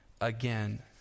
again